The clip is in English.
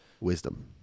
Wisdom